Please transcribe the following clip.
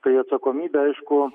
kai atsakomybė aišku